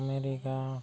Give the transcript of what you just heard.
America